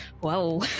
Whoa